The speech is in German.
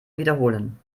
wiederholen